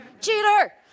Cheater